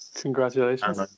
Congratulations